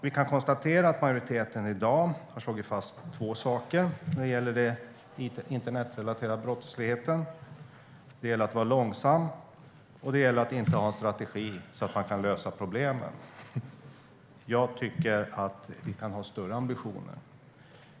Vi kan konstatera att majoriteten i dag har slagit fast två saker när det gäller den internetrelaterade brottsligheten: Det gäller att vara långsam, och det gäller att inte ha en strategi så att man kan lösa problemen. Riksrevisionens rap-port om it-relaterad brottslighet Jag tycker att vi kan ha större ambitioner.